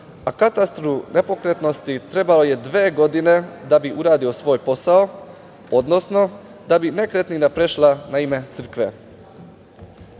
a katastru nepokretnosti trebalo je dve godine da bi uradio svoj posao, odnosno da bi nekretnina prešla na ime crkve.